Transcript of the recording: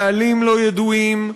בעלים לא ידועים,